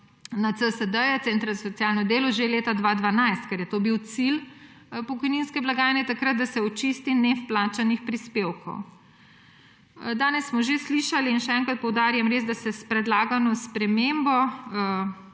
na CSD-je, centre za socialno delo, že leta 2012, ker je takrat bil cilj pokojninske blagajne, da se očisti nevplačanih prispevkov. Danes smo že slišali in še enkrat poudarjam, da se s spremembo,